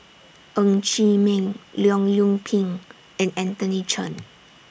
Ng Chee Meng Leong Yoon Pin and Anthony Chen